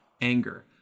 anger